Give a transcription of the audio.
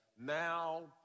now